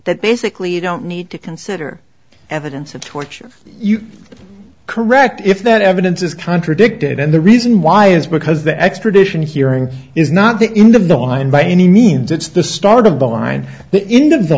that basically you don't need to consider evidence of torture correct if that evidence is contradicted and the reason why is because the extradition hearing is not the end of the line by any means it's the start of the line the ind